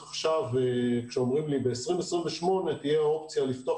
וכשאומרים לי: ב-2028 תהיה אופציה לפתוח